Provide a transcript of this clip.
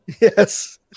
Yes